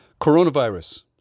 Coronavirus